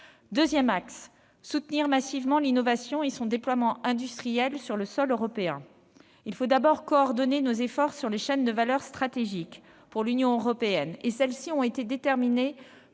consiste à soutenir massivement l'innovation et son déploiement industriel sur le sol européen. Il faut tout d'abord coordonner nos efforts sur les chaînes de valeur stratégiques pour l'Union européenne- déterminées